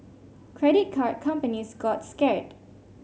credit card companies got scared